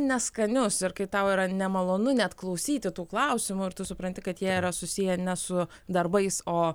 neskanius ir kai tau yra nemalonu net klausyti tų klausimų ir tu supranti kad jie yra susiję ne su darbais o